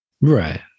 Right